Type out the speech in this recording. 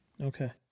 Okay